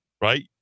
right